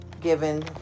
given